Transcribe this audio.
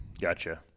Gotcha